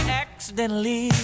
accidentally